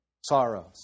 sorrows